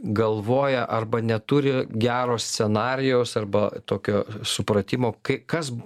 galvoja arba neturi gero scenarijaus arba tokio supratimo kai kas